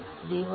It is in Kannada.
3640